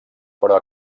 però